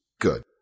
good